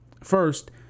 First